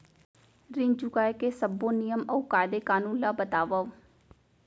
ऋण चुकाए के सब्बो नियम अऊ कायदे कानून ला बतावव